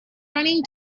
running